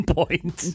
point